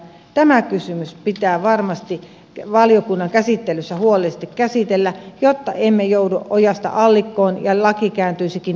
tämä kysymys pitää varmasti valiokunnassa huolellisesti käsitellä jotta emme joudu ojasta allikkoon ja laki kääntyisikin itseään vastaan